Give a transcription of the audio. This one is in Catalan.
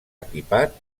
equipat